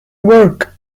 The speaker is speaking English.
work